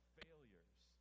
failures